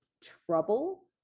trouble